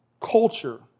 culture